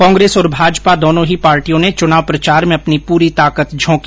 कांग्रेस और भाजपा दोनों ही पार्टियों ने चुनाव प्रचार में अपनी पूरी ताकत झोंकी